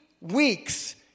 weeks